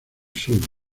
sur